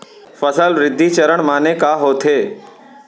फसल वृद्धि चरण माने का होथे?